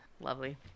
Lovely